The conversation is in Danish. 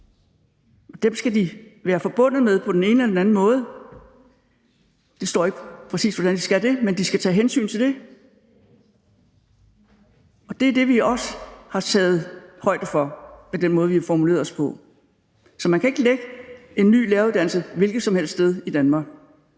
den ene eller den anden måde er forbundet. Der står ikke, hvordan de præcis skal være det, men de skal tage hensyn til det, og det er det, vi også har taget højde for med den måde, vi har formuleret os på. Så man kan ikke lægge en ny læreruddannelse et hvilket som helst sted i Danmark.